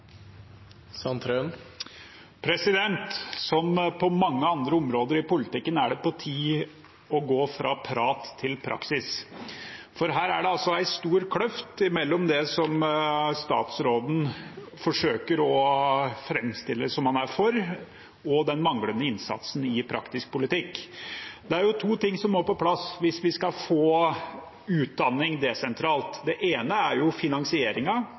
Sandtrøen – til oppfølgingsspørsmål. Som på mange andre områder i politikken er det på tide å gå fra prat til praksis, for her er det altså en stor kløft mellom det som statsråden forsøker å framstille at han er for, og den manglende innsatsen i praktisk politikk. Det er to ting som må på plass hvis vi skal få utdanning desentralt. Det ene er